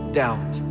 doubt